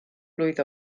blwydd